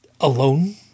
alone